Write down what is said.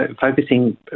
focusing